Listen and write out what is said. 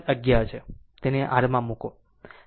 તેને r માં મુકો